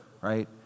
right